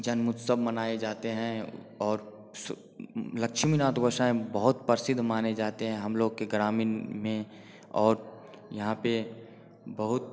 जन्म उत्सव मनाए जाते हैं और स लक्ष्मी नाथ गोसाईं बहुत प्रसिद्ध माने जाते हैं हम लोग के ग्रामीण में और यहाँ पर बहुत